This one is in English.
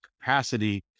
capacity